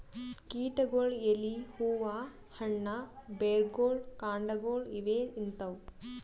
ಕೀಟಗೊಳ್ ಎಲಿ ಹೂವಾ ಹಣ್ಣ್ ಬೆರ್ಗೊಳ್ ಕಾಂಡಾಗೊಳ್ ಇವೇ ತಿಂತವ್